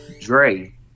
Dre